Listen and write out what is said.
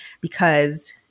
because-